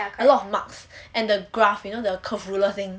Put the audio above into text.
a lot of marks and the graph you know the curve ruler thing